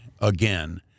again